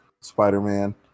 Spider-Man